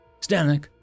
Stanek